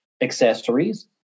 accessories